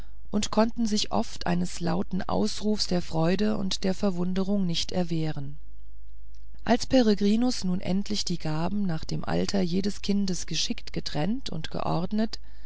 und konnten sich oft eines lauten ausrufs der freude und der verwunderung nicht erwehren als peregrinus nun endlich die gaben nach dem alter jedes kindes geschickt getrennt und geordnet